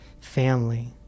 family